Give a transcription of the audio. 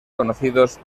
conocidos